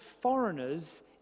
foreigners